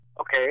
okay